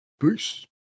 Peace